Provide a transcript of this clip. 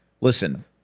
Listen